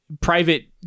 private